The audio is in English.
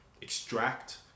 extract